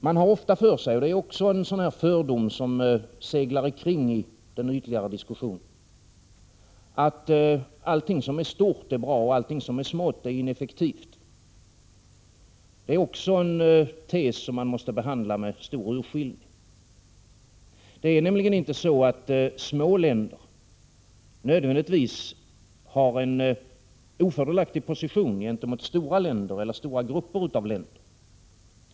Man har ofta för sig — och det är också en sådan där fördom som seglar omkring i den ytligare diskussionen — att allting som är stort är bra och allting som är smått är ineffektivt. Det är också en tes som man måste behandla med stor urskillning. Det är nämligen inte så, att små länder nödvändigtvis har en ofördelaktig position gentemot stora länder eller stora grupper av länder.